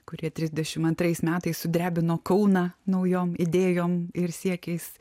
kurie trisdešim antrais metais sudrebino kauną naujom idėjom ir siekiais